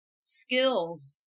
skills